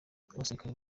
abasirikare